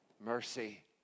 mercy